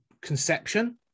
conception